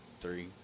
three